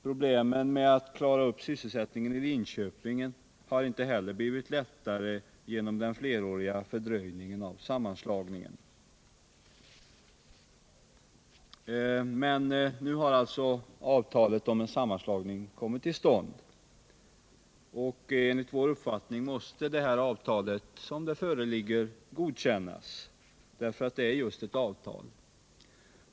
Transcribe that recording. Problemen med att klara upp sysselsättningen i Linköping har inte heller blivit lättare genom den fleråriga fördröjningen av sammanslagningen. Men nu har alltså avtalet om en sammanslagning kommit till stånd, och enligt vår uppfattning måste avtalet som det föreligger godkännas just för att det är ett avtal.